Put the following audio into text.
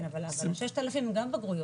אבל ה-6,000 זה גם בגרויות.